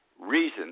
reason